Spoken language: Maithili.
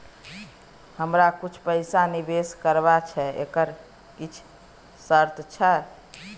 हमरा कुछ पैसा निवेश करबा छै एकर किछ शर्त छै?